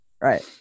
right